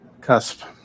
cusp